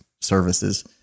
services